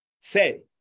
Say